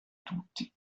tutti